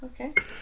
Okay